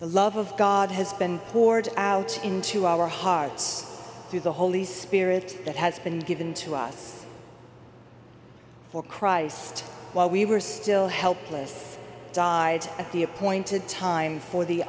the love of god has been poured out into our hearts through the holy spirit that has been given to us for christ while we were still helpless died at the appointed time for the